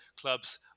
clubs